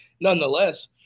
nonetheless